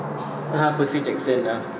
(uh huh) percy jackson ah